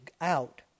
out